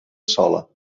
sola